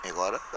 Agora